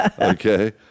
Okay